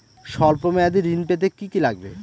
সল্প মেয়াদী ঋণ পেতে কি কি লাগবে?